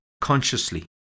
consciously